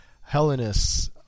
Hellenists